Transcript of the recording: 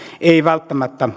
ei välttämättä